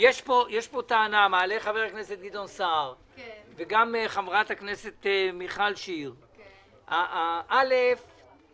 מעלים חבר הכנסת גדעון סער וחברת הכנסת מיכל שיר טענה ש אם